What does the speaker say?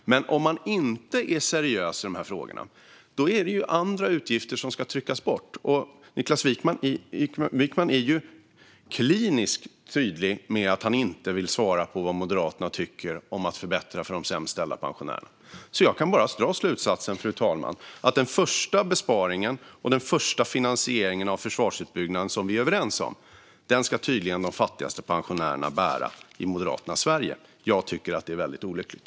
Men om man inte är seriös i de här frågorna är det ju andra utgifter som ska tryckas bort. Niklas Wykman är kliniskt tydlig med att han inte vill svara på vad Moderaterna tycker om att förbättra för de sämst ställda pensionärerna. Jag kan därför bara dra slutsatsen, fru talman, att den första besparingen och den första finansieringen av försvarsutbyggnaden - som vi är överens om - tydligen bäras av de fattigaste pensionärerna i Moderaternas Sverige. Jag tycker att det är väldigt olyckligt.